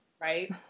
Right